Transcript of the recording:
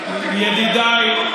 ידידיי,